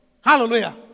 Hallelujah